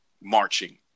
marching